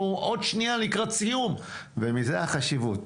אנחנו עוד שנייה לקראת סיום ומזה החשיבות,